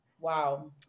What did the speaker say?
Wow